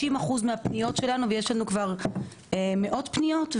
יש לנו כבר מאות פניות,